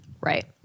Right